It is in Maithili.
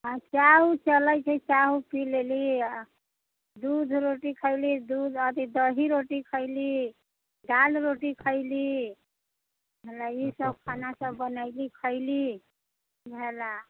चाह उह चलै छै चाह उह पी लेली दूध रोटी खैली दूध अथी दही रोटी खैली दाल रोटी खैली ईसब खाना सब बनैली खैली उहेला